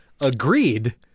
agreed